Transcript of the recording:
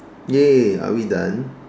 !yay! are we done